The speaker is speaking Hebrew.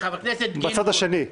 בצד השני.